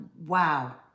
wow